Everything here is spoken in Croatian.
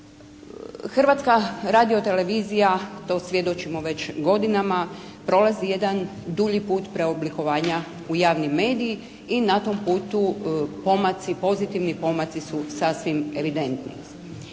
Hrvatska radiotelevizija, to svjedočimo već godinama, prolazi jedan dulji put preoblikovanja u javni medij i na tom putu pomaci, pozitivni pomaci su sasvim evidentni.